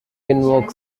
invoke